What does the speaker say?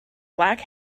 black